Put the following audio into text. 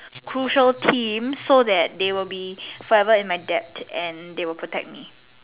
crucial team so that they will be forever in my debt and they will protect me